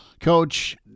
Coach